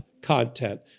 content